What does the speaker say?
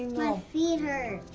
my feet